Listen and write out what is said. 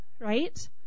right